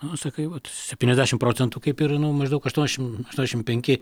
nu sakai vat septyniasdešim procentų kaip ir nu maždaug aštuoniasdešim aštuoniasdešim penki